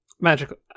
magical